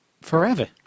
forever